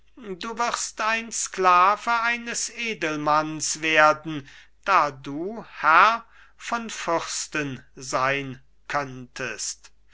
du wirst ein sklave eines edelmanns werden da du herr von fürsten sein könntest